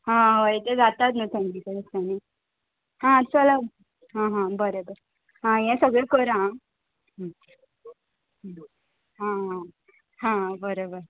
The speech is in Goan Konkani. हां हय तें जातात न्हू थंडीच्या दिसांनी आं चलो हां हां बरें बरें आं यें सगळें करा आं हां हां हां बरें बरें